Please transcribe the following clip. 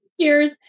Cheers